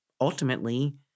ultimately